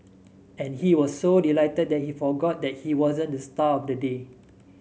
and he was so delighted that he forgot that he wasn't the star of the day